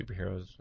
superheroes